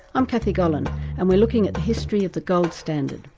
i'm kathy gollan and we're looking at the history of the gold standard.